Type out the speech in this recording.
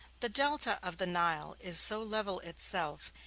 the delta of the nile is so level itself,